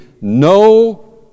no